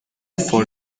فور